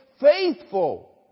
faithful